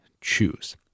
choose